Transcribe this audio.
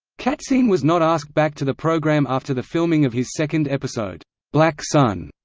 katzin was not asked back to the programme after the filming of his second episode black sun,